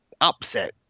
upset